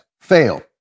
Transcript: fail